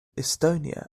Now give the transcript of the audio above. estonia